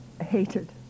hated